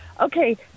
Okay